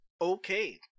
Okay